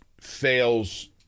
fails